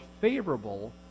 favorable